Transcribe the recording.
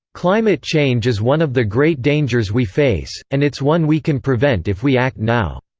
climate change is one of the great dangers we face, and it's one we can prevent if we act now.